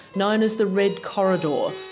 known as the red corridor.